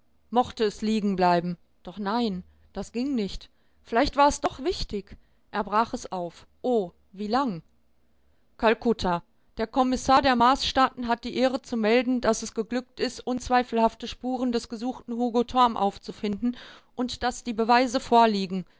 mochte es liegen bleiben doch nein das ging nicht vielleicht war es doch wichtig er brach es auf oh wie lang kalkutta der kommissar der marsstaaten hat die ehre zu melden daß es geglückt ist unzweifelhafte spuren des gesuchten hugo torm aufzufinden und daß die beweise vorliegen